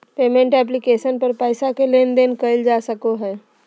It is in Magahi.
पेमेंट ऐप्लिकेशन पर पैसा के लेन देन कइल जा सको हइ